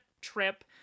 trip